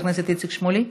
חבר הכנסת איציק שמולי,